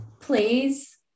please